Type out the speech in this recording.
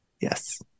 Yes